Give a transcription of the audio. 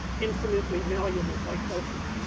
infinitely malleable by culture